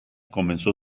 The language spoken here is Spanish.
comenzó